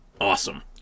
awesome